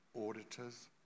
auditors